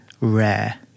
Rare